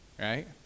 right